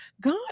God